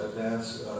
advance